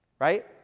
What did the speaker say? right